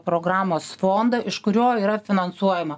programos fondą iš kurio yra finansuojama